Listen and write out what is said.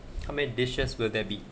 how many dishes will there be